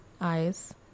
eyes